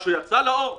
משהו יצא לאור?